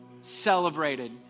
celebrated